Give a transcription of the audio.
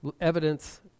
evidence